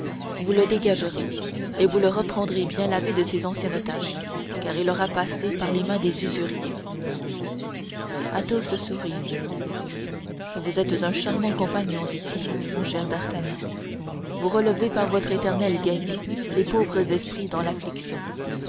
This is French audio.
vous la dégagerez et vous la reprendrez lavée de ses anciennes taches car elle aura passé par les mains des usuriers athos sourit vous êtes un charmant compagnon dit-il mon cher d'artagnan vous relevez par votre éternelle gaieté les pauvres esprits dans